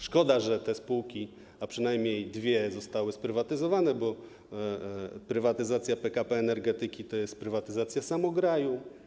Szkoda, że te spółki, a przynajmniej dwie, zostały sprywatyzowane, bo prywatyzacja PKP Energetyki to jest prywatyzacja samograju.